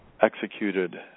executed